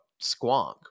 Squonk